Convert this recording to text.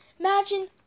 Imagine